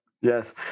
yes